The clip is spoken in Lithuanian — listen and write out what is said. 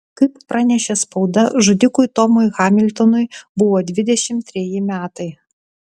kaip pranešė spauda žudikui tomui hamiltonui buvo dvidešimt treji metai